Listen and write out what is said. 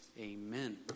Amen